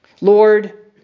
Lord